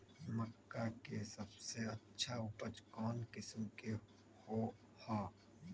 मक्का के सबसे अच्छा उपज कौन किस्म के होअ ह?